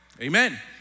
Amen